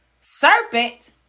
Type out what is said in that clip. serpent